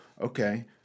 okay